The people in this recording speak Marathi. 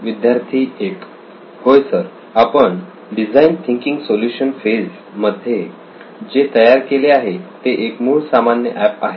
विद्यार्थी 1 होय सर आपण डिझाईन थिंकिंग सोल्युशन फेज मध्ये जे तयार केले आहे ते एक मूळ सामान्य एप आहे